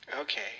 Okay